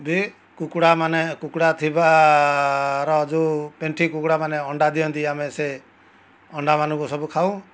ଦିଏ କୁକୁଡ଼ାମାନେ କୁକୁଡ଼ା ଥିବା ର ଯେଉଁ ପେଣ୍ଠି କୁକୁଡ଼ାମାନେ ଅଣ୍ଡା ଦିଅନ୍ତି ଆମେ ସେ ଅଣ୍ଡାମାନଙ୍କୁ ସବୁ ଖାଉ